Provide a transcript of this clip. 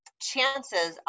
chances